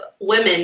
women